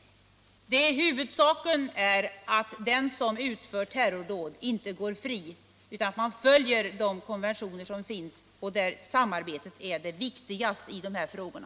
Huvudsaken är att den som utför terrordåd inte går fri. Man måste följa de konventioner som finns. Samarbetet är alltså det viktigaste i de här frågorna.